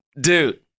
Dude